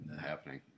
happening